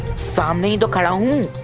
um the dark realm